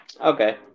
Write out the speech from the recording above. Okay